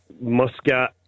Muscat